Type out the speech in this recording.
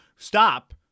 stop